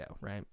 right